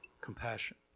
compassion